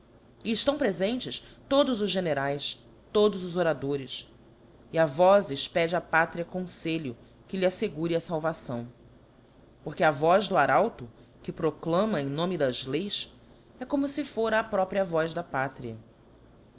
eftão prefentes todos os generaes todos os oradores e a vozes pede a pátria confelho que lhe aítegure a falvação porque a voz do arauto que proclama em nome das leis é como fe fora a própria voz da pátria